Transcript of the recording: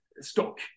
stock